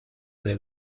del